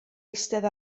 eistedd